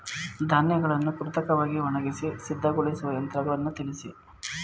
ಧಾನ್ಯಗಳನ್ನು ಕೃತಕವಾಗಿ ಒಣಗಿಸಿ ಸಿದ್ದಗೊಳಿಸುವ ಯಂತ್ರಗಳನ್ನು ತಿಳಿಸಿ?